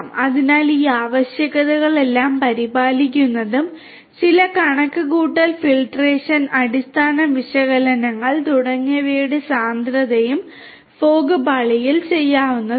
അതിനാൽ ഈ ആവശ്യകതകളെല്ലാം പരിപാലിക്കുന്നതും ചില കണക്കുകൂട്ടൽ ഫിൽട്രേഷൻ അടിസ്ഥാന വിശകലനങ്ങൾ തുടങ്ങിയവയുടെ സാന്ദ്രതയും ഫോഗ് പാളിയിൽ ചെയ്യാവുന്നതാണ്